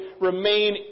remain